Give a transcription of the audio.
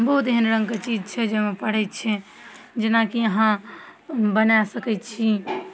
बहुत एहन रङ्गके चीज छै जाहिमे पड़ै छै जेनाकि अहाँ बना सकै छी